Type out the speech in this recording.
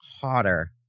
hotter